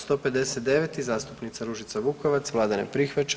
159. zastupnica Ružica Vukovac, Vlada ne prihvaća.